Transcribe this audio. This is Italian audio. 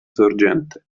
sorgente